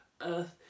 earth